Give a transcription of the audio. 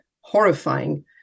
horrifying